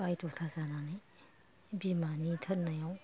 बायद'था जानानै बिमानि थिन्नायाव